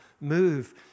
move